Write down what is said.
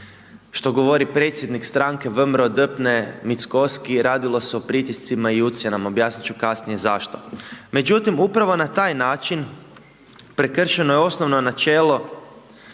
što govori predsjednik stranke VMRO-DPNE Mickovski. Radimo se o pritiscima i ucjenama, objasnit ću kasnije zašto. Međutim, upravo na taj način prekršeno je osnovno načelo